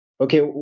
Okay